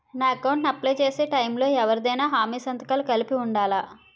నా అకౌంట్ ను అప్లై చేసి టైం లో ఎవరిదైనా హామీ సంతకాలు కలిపి ఉండలా?